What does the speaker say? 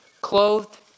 clothed